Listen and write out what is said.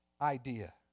idea